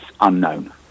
unknown